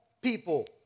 people